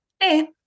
hey